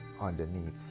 underneath